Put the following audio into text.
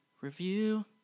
review